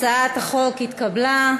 הצעת החוק התקבלה.